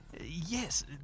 Yes